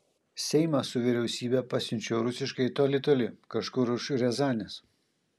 seimą su vyriausybe pasiunčiau rusiškai toli toli kažkur už riazanės